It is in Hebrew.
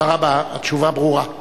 תודה רבה, התשובה ברורה.